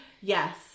yes